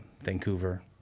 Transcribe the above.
Vancouver